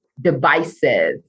divisive